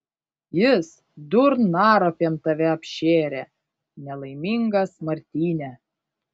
jis durnaropėm tave apšėrė nelaimingas martyne